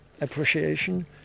appreciation